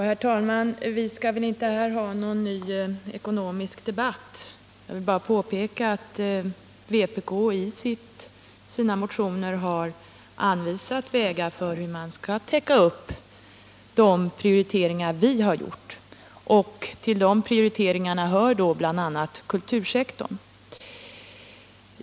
Herr talman! Vi skall väl inte föra någon ny ekonomisk debatt. Jag vill bara påpeka att vpk i sina motioner har anvisat vägar för att finansiera de prioriteringar vi har gjort. Till de prioriterade avsnitten hör bl.a. kultursektorn.